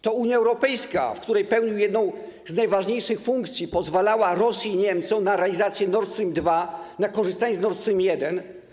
To Unia Europejska, w której pełnił jedną z najważniejszych funkcji, pozwalała Rosji i Niemcom na realizację Nord Stream 2, na korzystanie z Nord Stream 1.